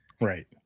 Right